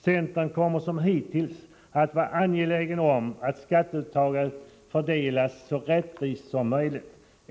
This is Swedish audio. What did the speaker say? Centern kommer som hittills att vara angelägen om att skatteuttaget skall fördelas så rättvist som möjligt.